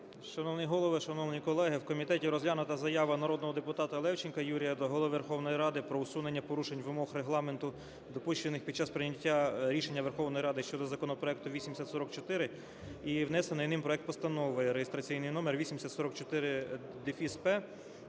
Шановний Голово, шановні колеги! У комітеті розглянута заява народного депутата Левченка Юрія до Голови Верховної Ради про усунення порушень вимог Регламенту, допущених під час прийняття рішення Верховної Ради щодо законопроекту 8044, і внесений ним проект Постанови реєстраційний номер 8044-П